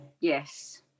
Yes